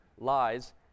lies